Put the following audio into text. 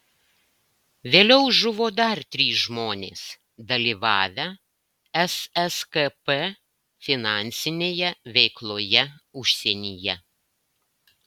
vėliau žuvo dar trys žmonės dalyvavę sskp finansinėje veikloje užsienyje